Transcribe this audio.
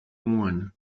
won